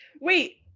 Wait